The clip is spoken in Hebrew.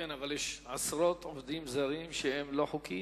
כן, אבל יש עשרות עובדים זרים שהם לא חוקיים.